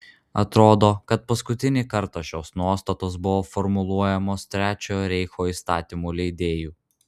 atrodo kad paskutinį kartą šios nuostatos buvo formuluojamos trečiojo reicho įstatymų leidėjų